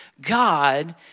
God